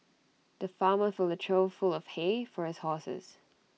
the farmer filled A trough full of hay for his horses